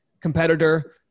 competitor